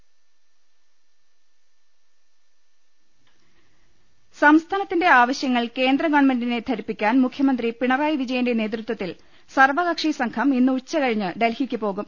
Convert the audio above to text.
ലലലലലലലലലലലല സംസ്ഥാനത്തിന്റെ ആവശ്യങ്ങൾ കേന്ദ്ര ഗവൺമെന്റിനെ ധരിപ്പിക്കാൻ മുഖ്യമന്ത്രി പിണറായി വിജയന്റെ നേതൃത്വത്തിൽ സർവകക്ഷിസംഘം ഇന്ന് ഉച്ചകഴിഞ്ഞ് ഡൽഹിക്ക് പോകും